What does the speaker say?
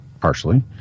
Partially